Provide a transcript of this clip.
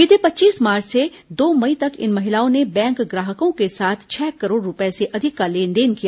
बीते पच्चीस मार्च से दो मई तक इन महिलाओं ने बैंक ग्राहकों के साथ छह करोड़ रूपये से अधिक का लेनदेन किया